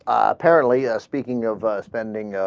apparently ah. speaking of ah. spending ah.